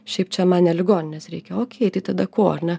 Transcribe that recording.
šiaip čia man ne ligoninės reikia okei tai tada ko ar ne